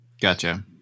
gotcha